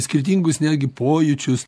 skirtingus netgi pojūčius